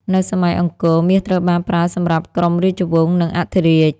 នៅសម័យអង្គរ មាសត្រូវបានប្រើសម្រាប់ក្រុមរាជវង្ស និងអធិរាជ។